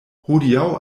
hodiaŭ